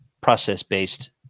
process-based